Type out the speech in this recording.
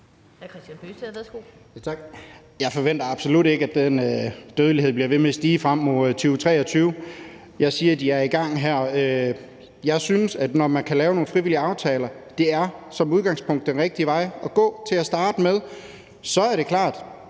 Jeg forventer absolut ikke, at den dødelighed bliver ved med at stige frem mod 2023. Jeg siger, at de er i gang her. Jeg synes, at når man kan lave nogle frivillige aftaler, er det som udgangspunkt den rigtige vej at gå til at starte med. Så er det klart,